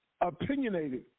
opinionated